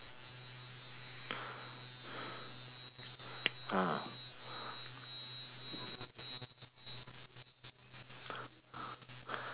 ah